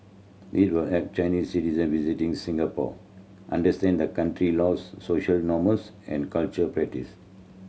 it will help Chinese citizen visiting Singapore understand the country laws social norms and cultural practices